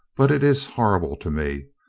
but it is horrible to me.